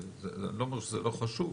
אני לא אומר שזה לא חשוב.